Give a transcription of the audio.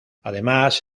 además